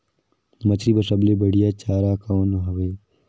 मछरी बर सबले बढ़िया चारा कौन हवय?